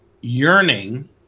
yearning